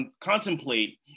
contemplate